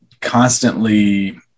constantly